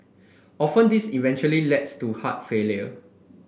often this eventually leads to heart failure